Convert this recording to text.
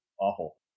awful